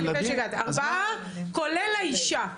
זה ארבעה כולל האישה.